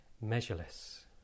measureless